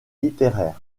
littéraires